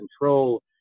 control